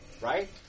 Right